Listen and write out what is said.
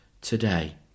today